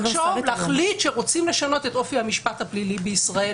להחליט שרוצים לשנות את אופי המשפט הפלילי בישראל,